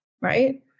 right